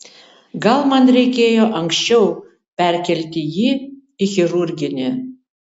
gal man reikėjo anksčiau perkelti jį į chirurginį